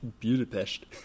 Budapest